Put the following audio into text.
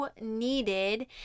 Needed